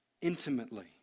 intimately